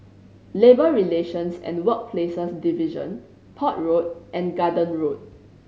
Labour Relations and Workplaces Division Port Road and Garden Road